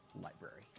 library